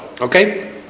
Okay